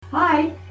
Hi